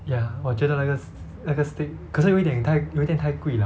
yeah 我觉得那个那个 steak 可是有点太贵了